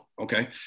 okay